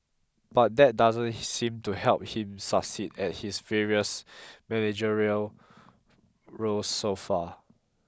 but that doesn't seemed to help him succeed at his various managerial roles so far